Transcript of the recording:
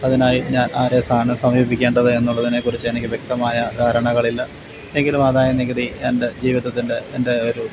അതിനായി ഞാൻ ആരെയാണ് സമീപിക്കേണ്ടത് എന്നുള്ളതിനെക്കുറിച്ച് എനിക്ക് വ്യക്തമായ ധാരണകളില്ല എങ്കിലും ആദായ നികുതി എൻ്റെ ജീവിതത്തിൻ്റെ എൻ്റെ ഒരു